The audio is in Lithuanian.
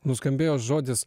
nuskambėjo žodis